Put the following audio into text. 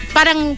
Parang